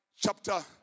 Chapter